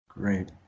Great